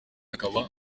akaba